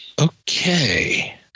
Okay